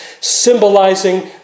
symbolizing